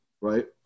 right